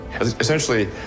Essentially